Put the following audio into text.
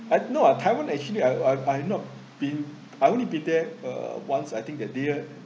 I no ah taiwan actually I I I have not been I only been there uh once I think that there